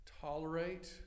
tolerate